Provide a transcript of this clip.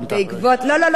אמרתי לו.